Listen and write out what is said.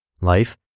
Life